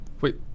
Wait